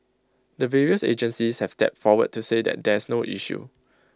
the various agencies have stepped forward to say that there's no issue